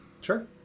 sure